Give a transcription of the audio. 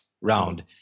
round